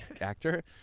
Actor